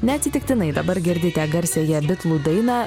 neatsitiktinai dabar girdite garsiąją bitlų dainą